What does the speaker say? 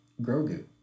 grogu